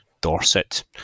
Dorset